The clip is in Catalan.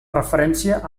referència